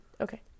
Okay